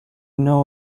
know